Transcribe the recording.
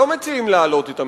לא מציעים להעלות את המסים.